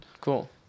Cool